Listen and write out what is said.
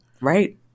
Right